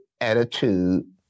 attitude